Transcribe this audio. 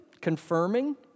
Confirming